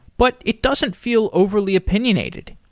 but it doesn't feel overly opinionated.